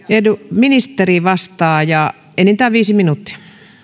ministeri vastaa ja enintään viisi minuuttia